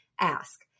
ask